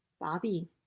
bobby